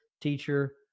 teacher